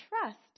trust